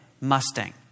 Mustang